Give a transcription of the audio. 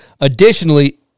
Additionally